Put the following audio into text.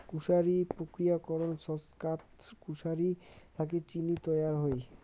কুশারি প্রক্রিয়াকরণ ছচকাত কুশারি থাকি চিনি তৈয়ার হই